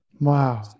Wow